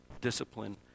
discipline